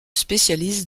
spécialise